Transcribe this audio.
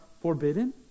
forbidden